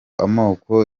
amoko